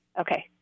Okay